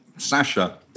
Sasha